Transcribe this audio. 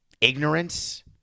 ignorance